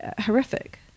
horrific